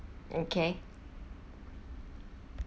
okay